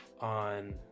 on